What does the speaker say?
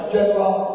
General